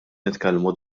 nitkellmu